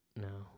No